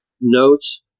notes